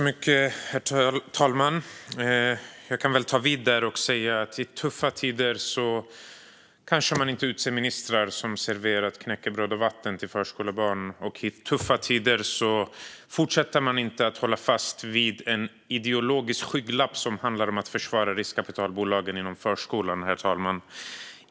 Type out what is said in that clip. Herr talman! Jag kan väl ta vid där Noria Manouchi slutade och säga så här: I tuffa tider kanske man inte utser ministrar som har serverat knäckebröd och vatten till förskolebarn. I tuffa tider håller man inte fast vid ideologiska skygglappar som handlar om att försvara riskkapitalbolagen inom förskolan.